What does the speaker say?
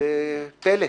זה פלא,